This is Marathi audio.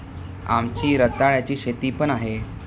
आमची रताळ्याची शेती पण आहे